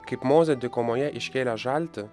kaip mozė dykumoje iškėlė žaltį